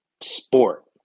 sport